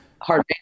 hard